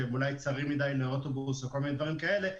שהם אולי צרים מדי לאוטובוס או כל מיני דברים כאלה.